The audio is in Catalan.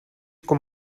com